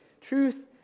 Truth